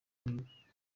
wiwe